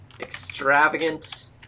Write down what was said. extravagant